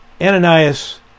Ananias